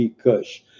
Kush